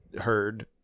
heard